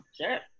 Sure